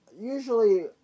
usually